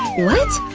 what!